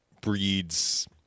breeds